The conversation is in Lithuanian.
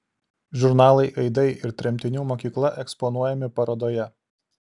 žurnalai aidai ir tremtinių mokykla eksponuojami parodoje